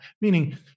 Meaning